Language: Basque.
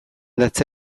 datza